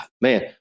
Man